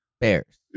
Bears